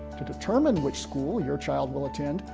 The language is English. to determine which school your child will attend,